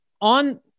on